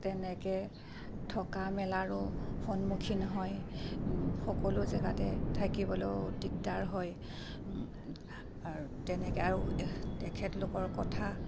তেনেকৈ থকা মেলাৰো সন্মুখীন হয় সকলো জেগাতে থাকিবলৈয়ো দিগদাৰ হয় আৰু তেনেকৈ আৰু তেখেতলোকৰ কথা